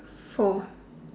four